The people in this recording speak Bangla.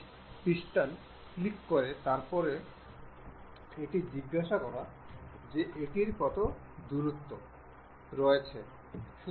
সুতরাং এখন এটি স্লটের মধ্যে ভালভাবে মুভ করছে